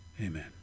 Amen